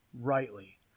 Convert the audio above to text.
rightly